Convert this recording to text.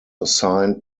assigned